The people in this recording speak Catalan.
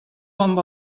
amb